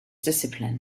discipline